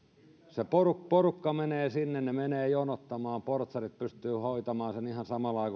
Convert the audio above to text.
se porukka porukka menee sinne ne menevät jonottamaan portsarit pystyvät hoitamaan sen ihan samalla